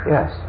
Yes